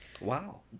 Wow